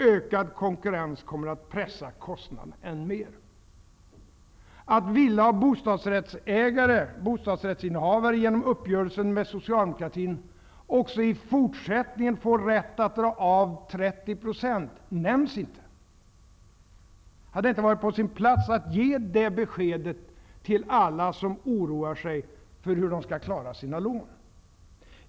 Ökad konkurrens kommer att pressa kostnaderna än mer.” Att villa och bostadsrättsinnehavare genom uppgörelsen med socialdemokratin också i fortsättningen får rätt att dra av 30 20 nämns inte. Skulle det inte ha varit på sin plats att ge det beskedet till alla dem som oroar sig för hur de skall kunna klara sina lån?